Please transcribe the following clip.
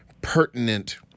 pertinent